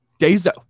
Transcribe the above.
Dezo